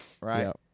right